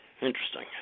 interesting